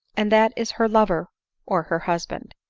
and that is her lover or her husband.